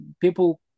people